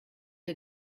der